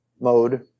mode